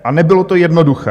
A nebylo to jednoduché.